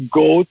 go